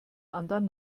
anderen